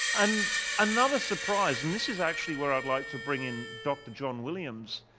and another surprise, and this is actually where i'd like to bring in dr john williams,